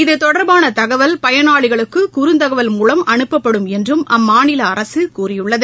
இது தொடர்பானதகவல் பயனாளிகளுக்குகுறுந்தகவல் மூலம் அனுப்பப்படும் என்றும் அம்மாநிலஅரசுகூறியுள்ளது